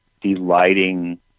delighting